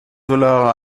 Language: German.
solare